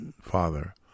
Father